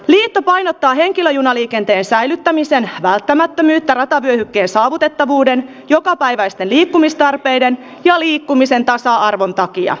liitto painottaa henkilöjunaliikenteen säilyttämisen välttämättömyyttä ratavyöhykkeen saavutettavuuden jokapäiväisten liikkumistarpeiden ja liikkumisen tasa arvon takia